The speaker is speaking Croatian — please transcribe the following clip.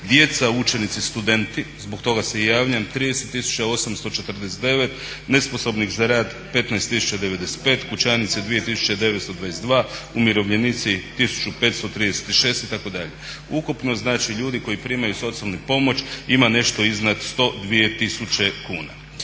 djeca, učenici, studenti, zbog toga se i javljam 30 tisuća 849, nesposobnih za rad 15 tisuća 95, kućanice 2922, umirovljenici 1536 itd.. Ukupno znači ljudi koji primaju socijalnu pomoć ima nešto iznad 102 tisuće kuna.